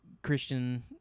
Christian